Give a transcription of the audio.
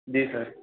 जी sir